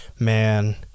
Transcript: man